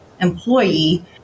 employee